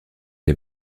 des